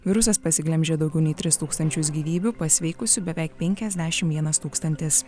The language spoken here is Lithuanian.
virusas pasiglemžė daugiau nei tris tūkstančius gyvybių pasveikusių beveik penkiasdešim vienas tūkstantis